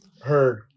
heard